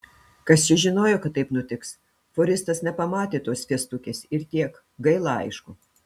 kas čia žinojo kad taip nutiks fūristas nepamatė tos fiestukės ir tiek gaila aišku